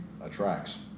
attracts